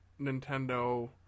Nintendo